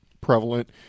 prevalent